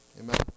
Amen